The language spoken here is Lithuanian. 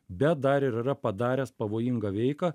bet dar ir yra padaręs pavojingą veiką